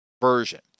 version